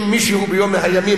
אם מישהו ביום מן הימים,